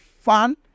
fun